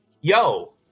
yo